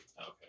Okay